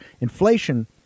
Inflation